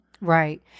Right